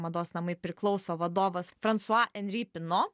mados namai priklauso vadovas fransua enri pino